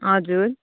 हजुर